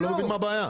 אני לא מבין מה הבעיה.